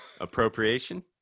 appropriation